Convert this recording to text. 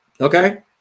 Okay